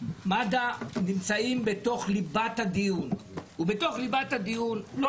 מד"א נמצאים בתוך ליבת הטיעון ובתוך ליבת הטיעון לא